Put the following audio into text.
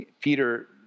Peter